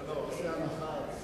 הוא עושה הנחה,